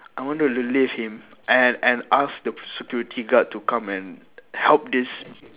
I wanted to leave him and and ask the security guard to come and help this